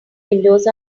windows